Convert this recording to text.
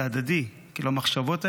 זה הדדי, המחשבות האלה.